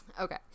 okay